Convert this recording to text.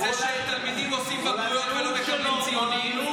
לזה שתלמידים עושים בגרויות ולא מקבלים ציונים?